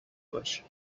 باش